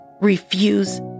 refuse